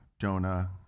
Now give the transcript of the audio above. Jonah